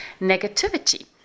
negativity